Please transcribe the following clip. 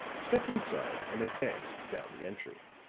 stepped inside and advanced down the entry.